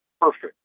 perfect